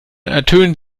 ertönt